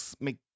make